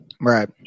right